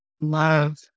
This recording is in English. love